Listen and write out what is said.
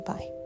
Bye